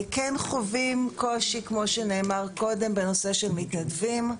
אנחנו כן חווים קושי בנושא של מתנדבים.